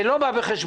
זה לא בא בחשבון.